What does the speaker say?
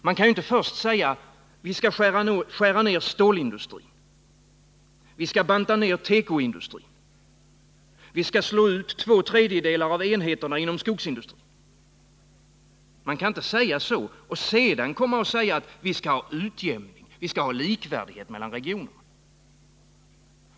Man kan inte först säga: Vi skall skära ner stålindustrin, vi skall banta ner tekoindustrin, vi skall slå ut två tredjedelar av enheterna inom skogsindustrin — och sedan komma och säga: Vi skall ha utjämning, vi skall ha likvärdighet mellan regionerna.